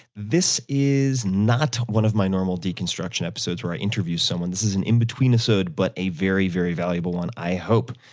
this is not one of my normal deconstruction episodes where i interview someone. this is an in-betweenisode, but a very, very valuable one, i hope.